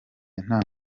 nta